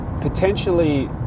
potentially